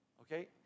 okay